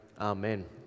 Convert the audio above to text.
Amen